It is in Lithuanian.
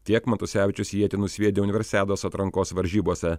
tiek matusevičius ietį nusviedė universiados atrankos varžybose